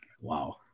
Wow